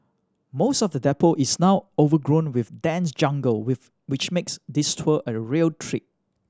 most of the depot is now overgrown with dense jungle with which makes this tour a real trek